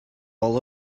all